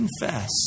confess